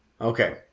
Okay